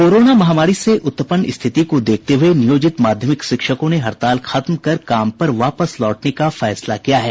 corona महामारी से उत्पन्न स्थिति को देखते हुए नियोजित माध्यमिक शिक्षकों ने हड़ताल खत्म कर काम पर वापस लौटने का फैसला किया है